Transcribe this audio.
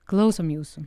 klausom jūsų